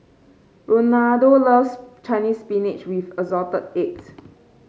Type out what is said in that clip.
Rolando loves Chinese Spinach with Assorted Eggs